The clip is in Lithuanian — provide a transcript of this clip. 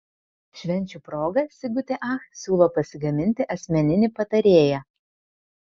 švenčių proga sigutė ach siūlo pasigaminti asmeninį patarėją